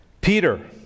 Peter